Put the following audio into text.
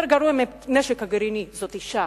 יותר גרוע מהנשק הגרעיני, זאת אשה